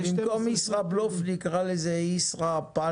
אז במקום 'ישראבלוף' נקרא לזה 'ישרא-פאנל-בלוף'.